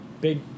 big